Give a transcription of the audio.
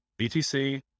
BTC